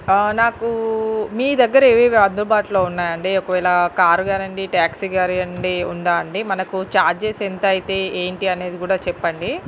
నాకు మీ దగ్గర ఏవేవి అందుబాటులో ఉన్నాయండి ఒకవేళ కార్ కానండి టాక్సీ కాని అండి ఉందా అండి మనకు చార్జెస్ ఎంత అయితే ఏంటి అనేది కూడా చెప్పండి